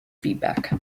feedback